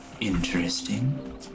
interesting